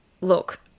look